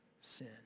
sin